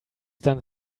done